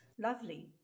lovely